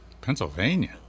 Pennsylvania